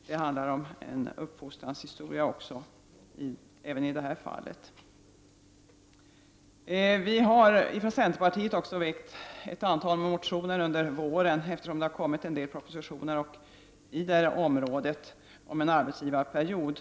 Även i detta fall är det en fråga om uppfostran. ; Vi i centerpartiet har väckt ett antal motioner under våren med anledning av olika propositioner på det här området, bl.a. om införande av en s.k. arbetsgivarperiod.